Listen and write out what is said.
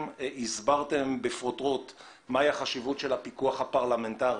הסברתם בפרוטרוט מהי החשיבות של הפיקוח הפרלמנטרי,